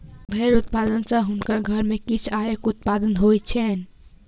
भेड़ पालन सॅ हुनकर घर में किछ आयक उत्पादन होइत छैन